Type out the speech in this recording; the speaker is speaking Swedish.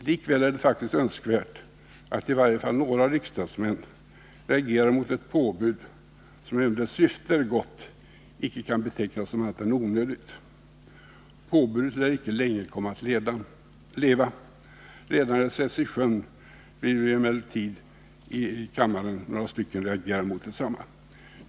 Likväl är det faktiskt önskvärt att i varje fall några riksdagsmän reagerar mot det påbud som, även om dess syfte är gott, icke kan betecknas som annat än onödigt. Påbudet lär icke länge komma att leva. Redan när det sätts i sjön vill emellertid några av oss i kammaren reagera mot detsamma.